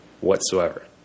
whatsoever